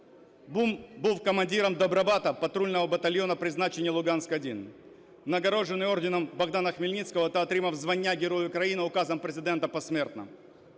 Був командиром добробата патрульного батальйонна призначення "Луганськ-1" . Нагороджений орденом Богдана Хмельницького та отримав звання "Герой України" Указом Президента посмертно.